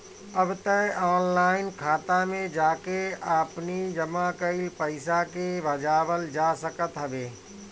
अब तअ ऑनलाइन खाता में जाके आपनी जमा कईल पईसा के भजावल जा सकत हवे